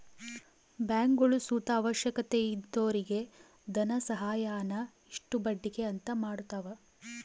ಬ್ಯಾಂಕ್ಗುಳು ಸುತ ಅವಶ್ಯಕತೆ ಇದ್ದೊರಿಗೆ ಧನಸಹಾಯಾನ ಇಷ್ಟು ಬಡ್ಡಿಗೆ ಅಂತ ಮಾಡತವ